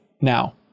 now